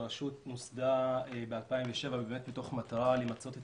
הרשות נוסדה ב-2007 מתוך מטרה למצות את